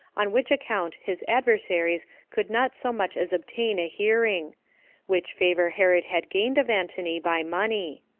on which account his adversaries could not so much as obtain a hearing which favor herod had gained of antony by money.